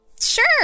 Sure